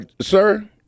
sir